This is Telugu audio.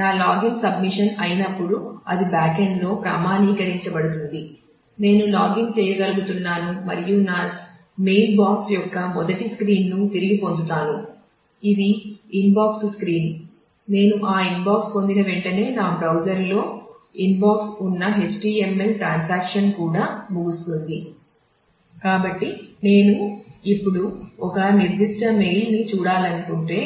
నా లాగిన్ సబ్మిషన్ను చూడాలనుకుంటే